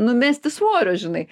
numesti svorio žinai